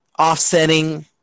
Offsetting